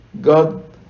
God